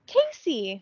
Casey